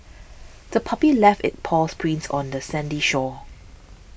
the puppy left its paw prints on the sandy shore